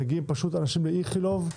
מגיעים אנשים לאיכילוב,